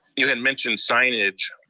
you had mentioned signage,